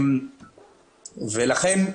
לכן,